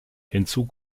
hinzu